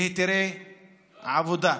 בהיתרי עבודה.